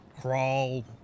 crawl